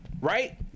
Right